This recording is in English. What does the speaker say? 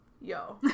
Yo